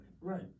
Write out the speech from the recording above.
Right